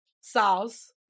sauce